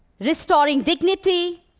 restoring dignity,